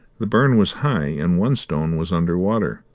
the burn was high, and one stone was under water,